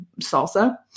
salsa